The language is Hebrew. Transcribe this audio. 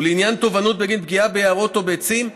ולעניין תובענות בגין פגיעה ביערות או בעצים,